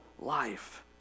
life